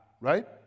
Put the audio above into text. Right